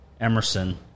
Emerson